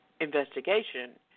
investigation